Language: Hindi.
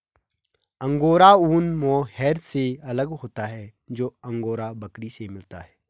अंगोरा ऊन मोहैर से अलग होता है जो अंगोरा बकरी से मिलता है